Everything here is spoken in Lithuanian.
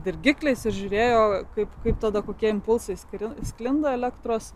dirgikliais ir žiūrėjo kaip kaip tada kokie impulsai kurių sklinda elektros